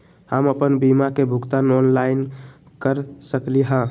हम अपन बीमा के भुगतान ऑनलाइन कर सकली ह?